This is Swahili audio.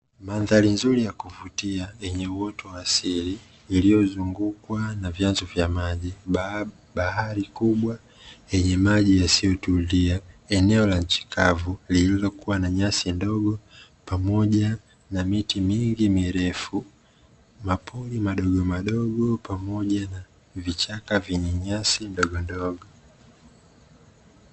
Mandhari nzuri ya kuvutia yenye uoto wa asili, iliyozungukwa na vyanzo vya maji, bahari kubwa yenye maji yasiyotulia, eneo la nchi kavu lililokuwa na nyasi ndogo pamoja na miti mingi mirefu, makundi madogomadogo pamoja vichaka vyenye nyasi ndogondogo.